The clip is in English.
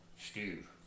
Steve